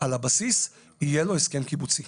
על הבסיס יהיה לו הסכם קיבוצי.